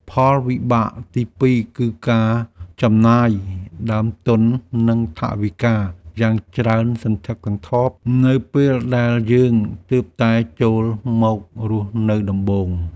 ផលវិបាកទីពីរគឺការចំណាយដើមទុននិងថវិកាយ៉ាងច្រើនសន្ធឹកសន្ធាប់នៅពេលដែលយើងទើបតែចូលមករស់នៅដំបូង។